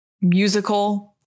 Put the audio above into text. musical